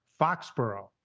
Foxborough